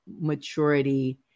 maturity